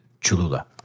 Cholula